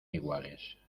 iguales